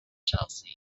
chelsea